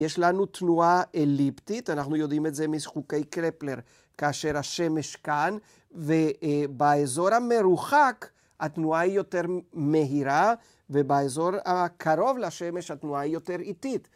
יש לנו תנועה אליפטית, אנחנו יודעים את זה מחוקי קרפלר, כאשר השמש כאן, ובאזור המרוחק התנועה היא יותר מהירה, ובאזור הקרוב לשמש התנועה היא יותר איטית.